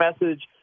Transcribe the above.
message